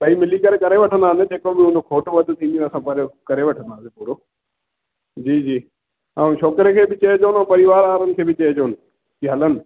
ॿई मिली करे करे वठंदासीं जेको बि हूंदो खोटि वधि थींदी त संभाले करे वठंदासीं पूरो जी जी ऐं छोकिरे खे बि चइजो भई परिवारि वारनि खे बि चइजोनि की हलनि